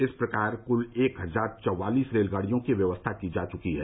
इस प्रकार क्ल एक हजार चौवालीस रेलगाड़ियों की व्यवस्था की जा चुकी है